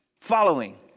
following